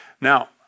Now